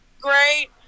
great